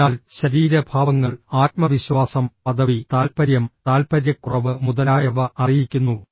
അതിനാൽ ശരീര ഭാവങ്ങൾ ആത്മവിശ്വാസം പദവി താൽപ്പര്യം താൽപ്പര്യക്കുറവ് മുതലായവ അറിയിക്കുന്നു